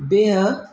बिह